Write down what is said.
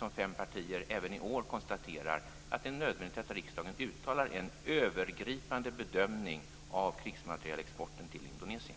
vilket fem partier även i år konstaterar, att det är nödvändigt att riksdagen gör en övergripande bedömning av krigsmaterielexporten till Indonesien.